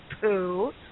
poo